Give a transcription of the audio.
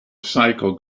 cycle